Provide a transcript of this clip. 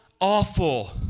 awful